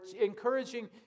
encouraging